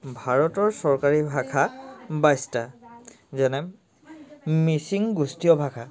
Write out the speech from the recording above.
ভাৰতৰ চৰকাৰী ভাষা বাইছটা যেনে মিচিং গোষ্ঠীয় ভাষা